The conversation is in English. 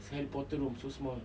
it's like porter room so small